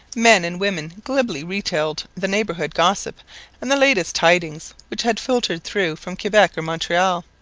men and women glibly retailed the neighbourhood gossip and the latest tidings which had filtered through from quebec or montreal.